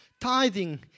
tithing